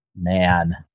man